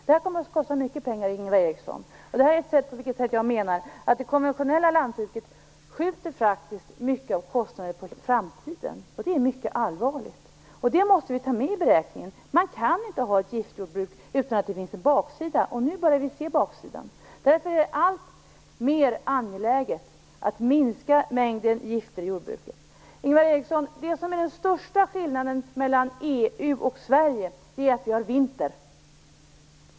Det kommer att kosta mycket pengar, Ingvar Eriksson. Jag tycker att det här visar hur det konventionella lantbruket skjuter mycket av kostnaderna på framtiden, och det är mycket allvarligt. Det måste vi ta med i beräkningen. Man kan inte ha ett giftjordbruk utan att det finns en baksida, och nu börjar vi se den baksidan. Därför är det alltmer angeläget att minska mängden gifter i jordbruket. Det som är den största skillnaden mellan EU och Sverige är att vi har vinter, Ingvar Eriksson.